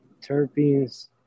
terpenes